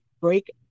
break